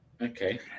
okay